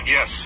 Yes